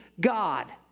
God